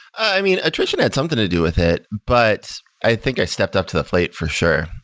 i mean, attrition had something to do with it. but i think i stepped up to the plate for sure.